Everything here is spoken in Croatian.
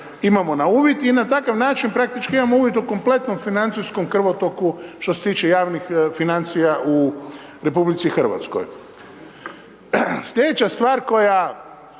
imamo na uvid i na takav način praktički imamo uvid u kompletnom financijskom krvotoku što se tiče javnih financija u RH. Slijedeća stvar koja